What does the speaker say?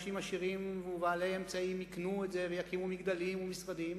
ואנשים עשירים ובעלי אמצעים יקנו את זה ויקימו מגדלים ומשרדים,